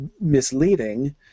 misleading